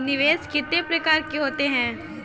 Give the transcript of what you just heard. निवेश कितने प्रकार के होते हैं?